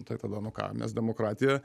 tai tada nu ką mes demokratija